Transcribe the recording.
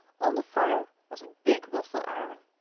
on the fire was a big waffle iron.